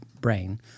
brain